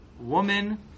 Woman